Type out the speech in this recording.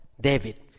David